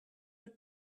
her